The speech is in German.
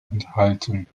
enthalten